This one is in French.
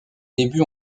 débuts